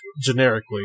generically